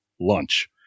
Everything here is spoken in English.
lunch